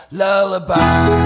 lullaby